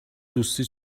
دوستی